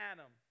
Adam